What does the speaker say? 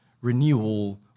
renewal